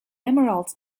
emerald